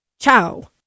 ciao